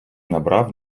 набрав